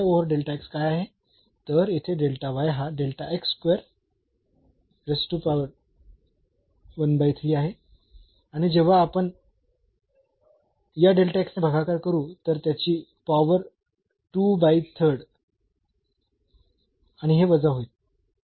तर येथे हा आहे आणि जेव्हा आपण या ने भागाकार करू तर येथे त्याची पॉवर 2 बाय 3rd आणि हे वजा होईल